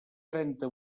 trenta